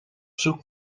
zoek